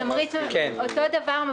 התמריץ הוא אותו דבר.